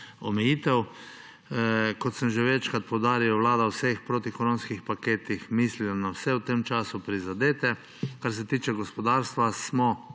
omejitev. Kot sem že večkrat poudaril, Vlada v vseh protikoronskih paketih misli na vse v tem času prizadete. Kar se tiče gospodarstva, smo